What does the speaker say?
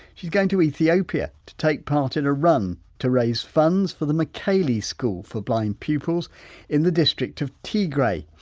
she's going to ethiopia to take part in a run to raise funds for the mckaley school for blind pupils in the district of teagray.